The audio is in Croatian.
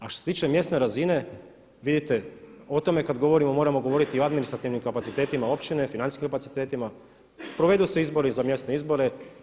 A što se tiče mjesne razine vidite o tome kada govorimo moramo govoriti o administrativnim kapacitetima općine, financijskim kapacitetima provedu se izbori za mjesne izbore.